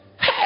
Hey